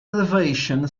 elevation